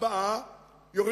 או ארבעה שבועות אחר כך,